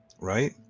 Right